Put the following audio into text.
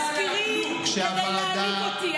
קודם כול, גם אותי מזכירים כדי להעליב אותי.